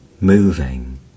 moving